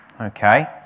Okay